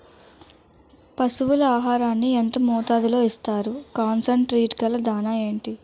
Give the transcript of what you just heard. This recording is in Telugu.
పశువుల ఆహారాన్ని యెంత మోతాదులో ఇస్తారు? కాన్సన్ ట్రీట్ గల దాణ ఏంటి?